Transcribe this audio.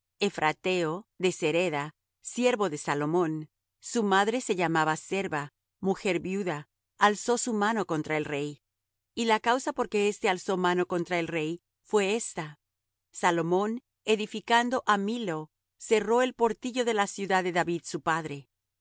ephrateo de sereda siervo de salomón su madre se llamaba serva mujer viuda alzó su mano contra el rey y la causa por qué éste alzó mano contra el rey fué esta salomón edificando á millo cerró el portillo de la ciudad de david su padre